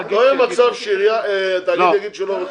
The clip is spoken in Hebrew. לא יהיה מצב שתאגיד יגיד שהוא לא רוצה.